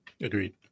Agreed